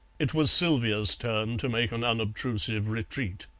it was sylvia's turn to make an unobtrusive retreat.